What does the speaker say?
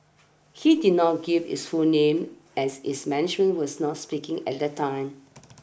he did not give his full name as his management was not speaking at that time